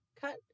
Cut